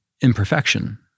imperfection